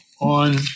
on